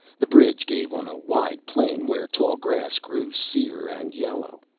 the bridge gave on a wide plain where tall grass grew sere and yellow.